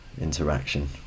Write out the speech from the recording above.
interaction